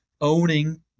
owning